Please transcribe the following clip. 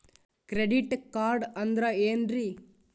Credit card ಅಂದ್ರ ಏನ್ರೀ?